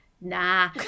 Nah